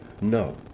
No